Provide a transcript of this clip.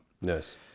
Yes